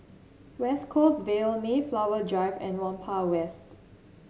West Coast Vale Mayflower Drive and Whampoa West